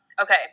okay